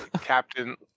Captain